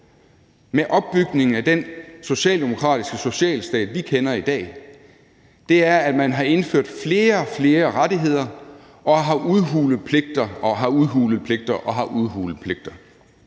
med opbygning af den socialdemokratiske socialstat, vi kender i dag, er, at man har indført flere og flere rettigheder og har udhulet pligter og har udhulet pligter og har udhulet pligter.